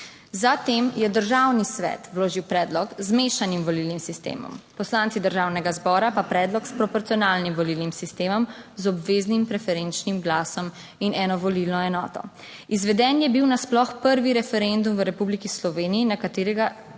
Za tem je državni svet vložil predlog z mešanim volilnim sistemom, poslanci Državnega zbora pa predlog s proporcionalnim volilnim sistemom z obveznim preferenčnim glasom in eno volilno enoto. Izveden je bil nasploh prvi referendum v Republiki Sloveniji, na katerega